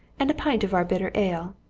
and a pint of our bitter ale,